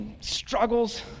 struggles